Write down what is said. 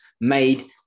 made